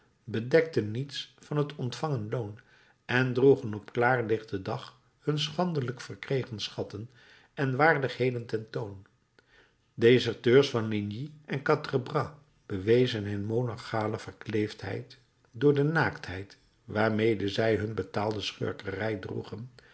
bedekten niets van het ontvangen loon en droegen op klaarlichten dag hun schandelijk verkregen schatten en waardigheden ten toon deserteurs van ligny en quatre-bras bewezen hun monarchale verkleefdheid door de naaktheid waarmede zij hun betaalde schurkerij droegen